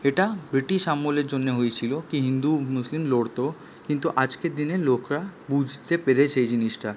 এটা ব্রিটিশ আমলের জন্যে হয়েছিলো কি হিন্দু মুসলিম লড়তো কিন্তু আজকের দিনে লোকরা বুঝতে পেরেছে জিনিসটা